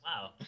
Wow